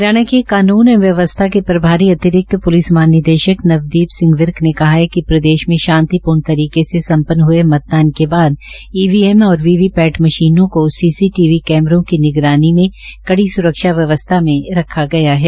हरियाणा के कानून एवं व्यवस्था के प्रभारी अतिरिक्त महानिदेशक नवदीप सिंह विर्क ने कहा कि प्रदेश में शांतिपूर्ण तरीके से संपन्न हये मतदान के बाद ईवीएम और वीवी पैट मशीनों को सीसीटीवी कैमरों की निगरानी में कड़ी स्रक्षा व्यवस्था में रखा गया है